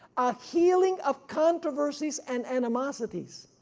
a healing of controversies and animosities,